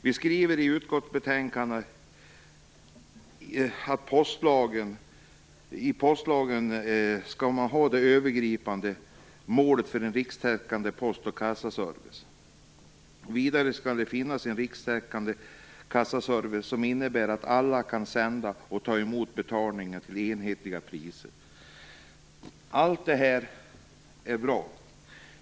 Vi skriver i utskottsbetänkandet att postlagen skall ange det övergripande målet en rikstäckande postoch kassaservice. Vidare skall det finnas en rikstäckande kassaservice som innebär att alla kan sända och ta emot betalningar till enhetliga priser. Allt detta är bra.